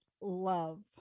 love